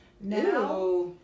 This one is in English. Now